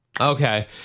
Okay